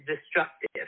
destructive